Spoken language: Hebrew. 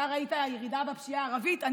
ממש מפתיע, כי